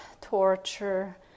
torture